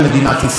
אם באשדוד,